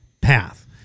path